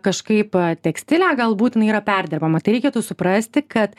kažkaip tekstilę galbūt jinai yra perdirbama tai reikėtų suprasti kad